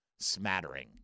smattering